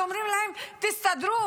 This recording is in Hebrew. אז אומרים להם: תסתדרו,